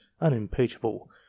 unimpeachable